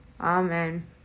Amen